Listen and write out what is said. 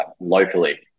locally